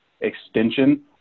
extension